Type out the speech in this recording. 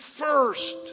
first